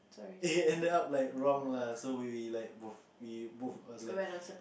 it ended up like wrong lah so we both like we both I was like